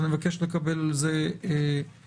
אני מבקש לקבל על זה תשובה.